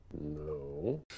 No